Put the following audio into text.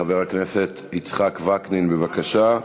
חבר הכנסת יצחק וקנין, בבקשה.